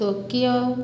Tokyo